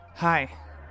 Hi